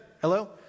Hello